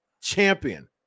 champion